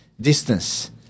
distance